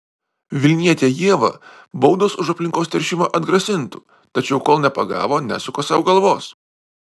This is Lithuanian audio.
vilnietę ievą baudos už aplinkos teršimą atgrasintų tačiau kol nepagavo nesuka sau galvos